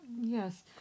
Yes